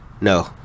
No